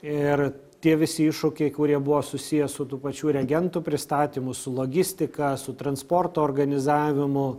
ir tie visi iššūkiai kurie buvo susiję su tų pačių reagentų pristatymu su logistika su transporto organizavimu